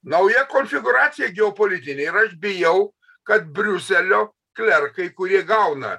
nauja konfigūracija geopolitinė ir aš bijau kad briuselio klerkai kurie gauna